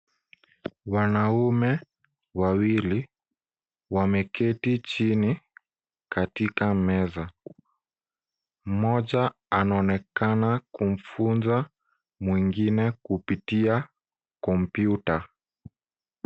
Wanaume wawili wameketi chini katika meza. Mmoja anaonekana kumfunza mwingine kupitia kompyuta.